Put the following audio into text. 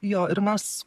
jo ir mes